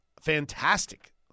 Fantastic